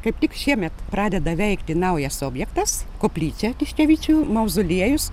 kaip tik šiemet pradeda veikti naujas objektas koplyčia tiškevičių mauzoliejus